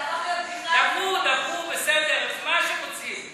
זה הפך להיות, דברו, דברו, בסדר, מה שאתם רוצים.